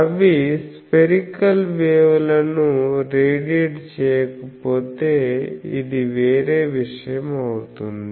అవి spherical wave లను radiate చేయకపోతే ఇది వేరే విషయం అవుతుంది